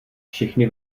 všechny